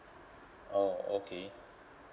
oh okay